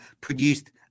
produced –